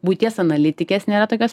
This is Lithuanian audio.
buities analitikės nėra tokios